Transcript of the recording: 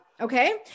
okay